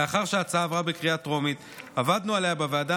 לאחר שההצעה עברה בקריאה הטרומית עבדנו עליה בוועדה